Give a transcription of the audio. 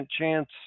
chance